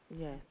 Yes